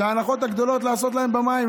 את ההנחות הגדולות לעשות להם במים,